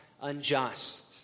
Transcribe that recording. unjust